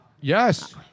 Yes